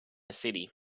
city